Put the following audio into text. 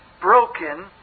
broken